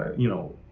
you know.